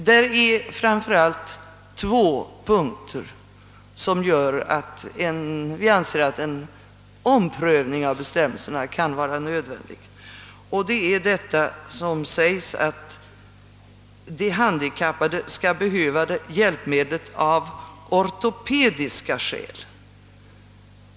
Det är framför allt på två punkter som vi anser att en omprövning av bestämmelserna är nödvändig. Det sägs där för det första att de handikappade skall behöva hjälpmedel av ortopediska skäl.